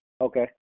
Okay